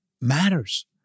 matters